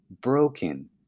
broken